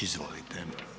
Izvolite.